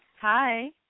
Hi